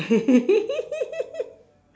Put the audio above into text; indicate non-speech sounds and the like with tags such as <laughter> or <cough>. <laughs>